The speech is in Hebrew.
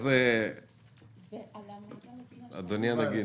אדוני הנגיד,